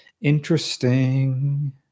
Interesting